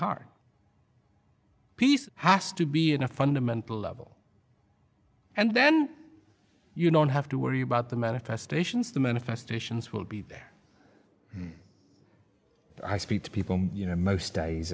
hard piece has to be in a fundamental level and then you don't have to worry about the manifestations the manifestations will be there and i speak to people you know most days